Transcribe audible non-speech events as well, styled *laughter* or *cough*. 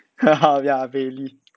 *laughs* ya bailey